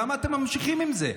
למה אתם ממשיכים עם זה?